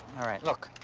all right, look,